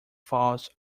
falls